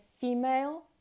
Female